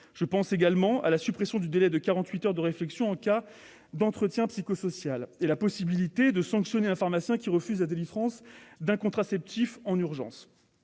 Je pense également à la suppression du délai de réflexion de quarante-huit heures en cas d'entretien psychosocial et à la possibilité de sanctionner un pharmacien qui refuse la délivrance d'un contraceptif en urgence.